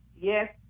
yes